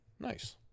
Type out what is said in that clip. nice